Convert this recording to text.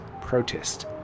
protest